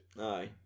Aye